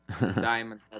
Diamond